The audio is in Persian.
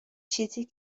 چیزی